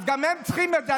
גם הם צריכים את זה.